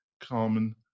Carmen